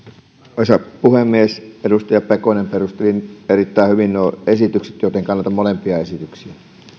arvoisa puhemies edustaja pekonen perusteli erittäin hyvin nuo esitykset joten kannatan molempia esityksiä